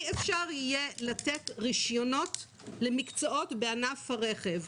המשמעות היא שאי אפשר יהיה לתת רישיונות למקצועות בענף הרכב,